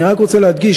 אני רק רוצה להדגיש,